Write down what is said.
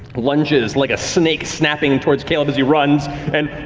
lunges like a snake, snapping towards caleb as he runs and